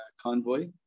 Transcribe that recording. convoy